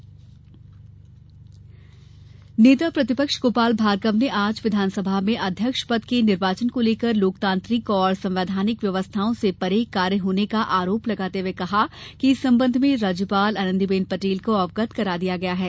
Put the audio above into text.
भाजपा ज्ञापन नेता प्रतिपक्ष गोपाल भार्गव ने आज विधानसभा में अध्यक्ष पद के निर्वाचन को लेकर लोकतांत्रिक और संवैधानिक व्यवस्थाओं से परे कार्य होने का आरोप लगाते हुए कहा कि इस संबंध में राज्यपाल आनंदीबेन पटेल को अवगत करा दिया गया है